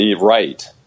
Right